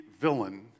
villain